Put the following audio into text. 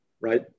right